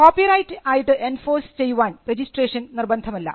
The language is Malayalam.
കോപ്പിറൈറ്റ് ആയിട്ട് എൻഫോഴ്സ് ചെയ്യുവാൻ രജിസ്ട്രേഷൻ നിർബന്ധമല്ല